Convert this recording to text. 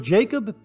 Jacob